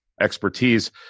expertise